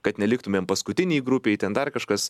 kad neliktumėm paskutinėj grupėj ten dar kažkas